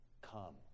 come